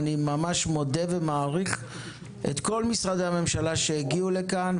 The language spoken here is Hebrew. אני מודה מאוד ומעריך את כל משרדי הממשלה שהגיעו לכאן,